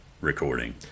recording